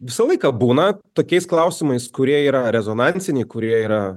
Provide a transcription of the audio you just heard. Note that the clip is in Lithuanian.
visą laiką būna tokiais klausimais kurie yra rezonansiniai kurie yra